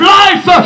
life